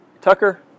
Tucker